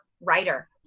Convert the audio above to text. writer